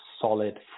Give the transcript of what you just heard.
solid